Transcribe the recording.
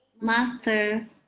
master